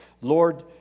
Lord